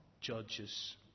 judges